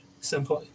simply